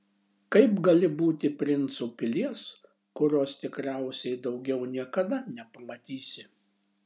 kaip gali būti princu pilies kurios tikriausiai daugiau niekada nepamatysi